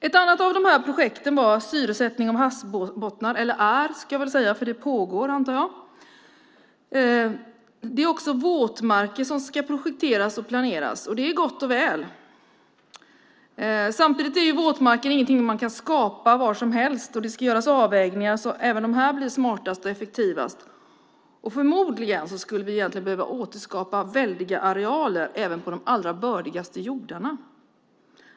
Ett annat av de här projekten var - eller är, för jag antar att det pågår - syresättning av havsbottnar. Våtmarker ska också projekteras och planeras, och det är gott så. Samtidigt är våtmarker ingenting som man kan skapa var som helst, och det ska göras avvägningar så att även de blir smartast och effektivast. Förmodligen skulle vi egentligen behöva återskapa väldiga arealer även på de allra bördigaste jordarna.